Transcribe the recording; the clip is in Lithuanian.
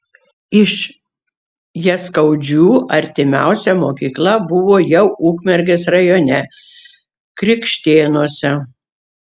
iš jaskaudžių artimiausia mokykla buvo jau ukmergės rajone krikštėnuose